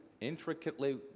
intricately